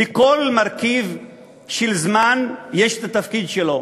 לכל מרכיב של זמן יש התפקיד שלו.